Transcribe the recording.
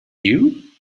you